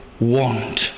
want